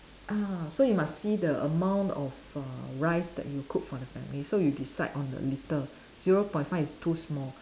ah so you must see the amount of uh rice that you cook for the family so you decide on the litre zero point five is too small